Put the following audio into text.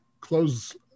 close